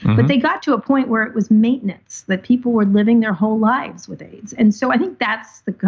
but they got to a point where it was maintenance that people were living their whole lives with aids and so i think that's the.